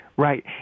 Right